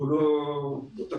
שהוא לא תקף.